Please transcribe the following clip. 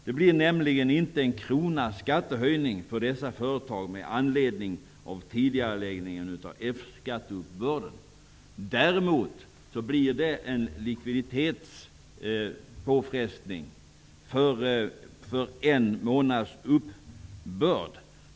Det blir nämligen inte en enda krona i skattehöjning för dessa företag med anledning av tidigareläggningen av F skatteuppbörden. Däremot blir det en likviditetspåfrestning för en månads uppbörd.